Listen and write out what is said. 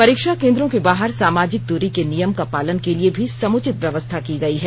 परीक्षा केन्द्रों के बाहर सामाजिक दूरी के नियम का पालन के लिए भी समुचित व्यवस्था की गई है